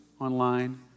online